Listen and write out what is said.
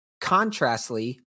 Contrastly